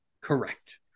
Correct